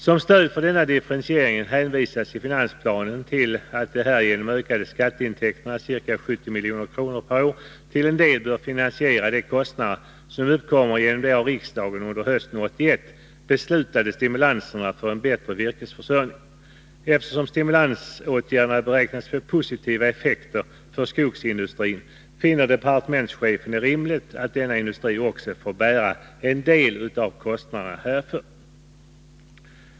Som stöd för denna differentiering hänvisas i finansplanen till att de härigenom ökade skatteintäkterna — ca 70 milj.kr. per år — till en del bör finansiera de kostnader som uppkommer genom de av riksdagen under hösten 1981 beslutade stimulanserna för en bättre virkesförsörjning. Eftersom stimulansåtgärderna beräknas få positiva effekter för skogsindustrin, finner departementschefen det rimligt att denna industri får bära en del av kostnaderna härför.